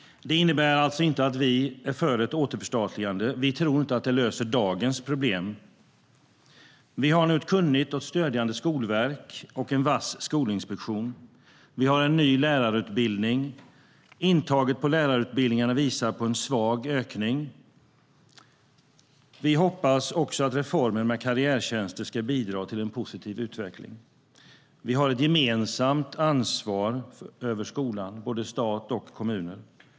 Det innebär inte att vi är för ett återförstatligande. Vi tror inte att det löser dagens problem. Det finns nu ett kunnigt och stödjande skolverk och en vass skolinspektion. Det finns en ny lärarutbildning. Intaget på lärarutbildningarna visar på en svag ökning. Vi hoppas också att reformen med karriärtjänster ska bidra till en positiv utveckling. Både stat och kommuner har ett gemensamt ansvar för skolan.